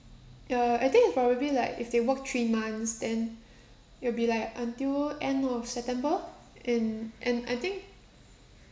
err I think it probably like if they work three months then it will be like until end of september and and I think